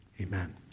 amen